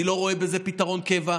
אני לא רואה בזה פתרון קבע,